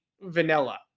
vanilla